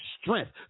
strength